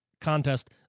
contest